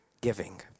giving